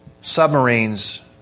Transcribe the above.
submarines